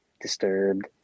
Disturbed